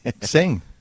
sing